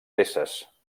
peces